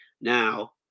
Now